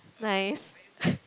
nice